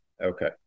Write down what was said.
Okay